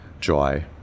joy